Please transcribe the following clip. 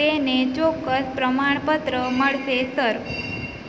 તેને ચોક્કસ પ્રમાણપત્ર મળશે સર